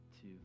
two